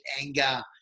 anger